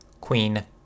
Queen